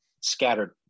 scattered